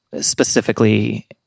specifically